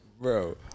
bro